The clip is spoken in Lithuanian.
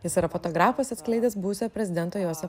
jis yra fotografas atskleidęs buvusio prezidento jose